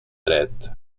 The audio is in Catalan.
dret